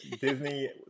Disney